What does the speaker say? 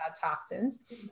toxins